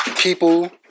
people